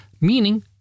meaning